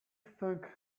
think